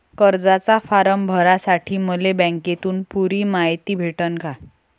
कर्जाचा फारम भरासाठी मले बँकेतून पुरी मायती भेटन का?